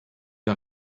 der